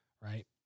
right